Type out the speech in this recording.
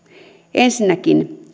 ensinnäkin